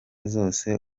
zose